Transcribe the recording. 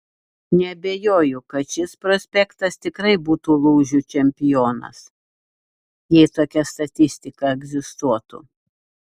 neabejoju kad šis prospektas tikrai būtų lūžių čempionas jei tokia statistika egzistuotų